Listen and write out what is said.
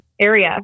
area